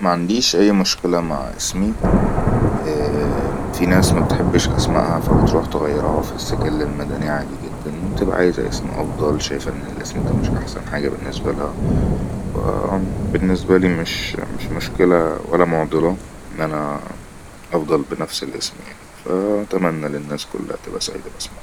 معنديش اي مشكلة مع اسمي في ناس مبحتبش اسمائها فبتروح تغيرها في السجل المدني عادي جدن بتبا عايزة اسم أفضل شايفه أن الاسم دا مش احسن حاجه بنسبالها ف بنسبالي مش مشكله ولا معضله أنا أفضل بنفس الاسم يعني أتمنى كل الناس سعيدة باسمها